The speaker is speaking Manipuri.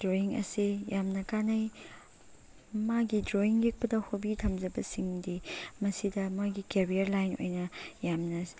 ꯗ꯭ꯔꯣꯋꯤꯡ ꯑꯁꯤ ꯌꯥꯝꯅ ꯀꯥꯟꯅꯩ ꯃꯥꯒꯤ ꯗ꯭ꯔꯣꯋꯤꯡ ꯌꯦꯛꯄꯗ ꯍꯣꯕꯤ ꯊꯝꯖꯕꯁꯤꯡꯗꯤ ꯃꯁꯤꯗ ꯃꯥꯒꯤ ꯀꯦꯔꯤꯌꯔ ꯂꯥꯏꯟ ꯑꯣꯏꯅ ꯌꯥꯝꯅ